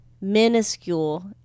minuscule